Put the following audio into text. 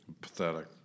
Pathetic